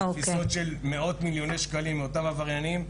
עם תפיסות של מאות מיליוני שקלים מאותם עבריינים.